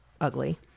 ugly